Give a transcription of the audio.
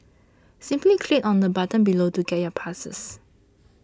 simply click on the button below to get your passes